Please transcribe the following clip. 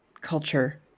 culture